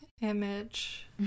image